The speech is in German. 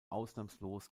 ausnahmslos